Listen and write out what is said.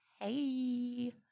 Hey